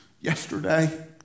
yesterday